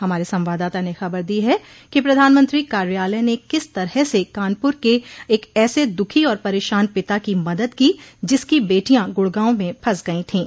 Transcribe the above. हमारे संवाददाता ने खबर दी है कि प्रधानमंत्री कार्यालय ने किस तरह से कानपुर के एक ऐसे दुखी और परेशान पिता की मदद की जिसकी बेटियां गुड़गांव में फंस गयी थीं